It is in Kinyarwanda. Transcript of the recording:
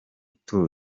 tour